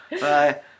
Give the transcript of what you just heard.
Bye